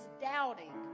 doubting